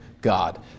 God